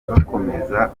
bakomeza